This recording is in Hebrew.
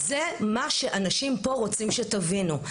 זה מה שאנשים פה רוצים שתבינו.